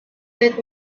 with